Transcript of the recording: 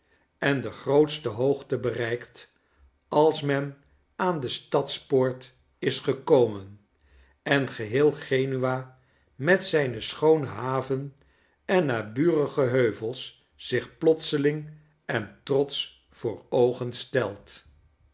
en degrootste hoogte bereikt als men aan de stadspoort is gekomen en geheel genua met zijne schoone haven en naburige heuvels zich plotseling en trotsch voor oogen stelt